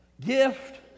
Gift